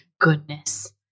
goodness